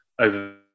over